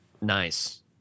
nice